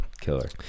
Killer